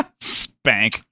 Spank